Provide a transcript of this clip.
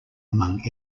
among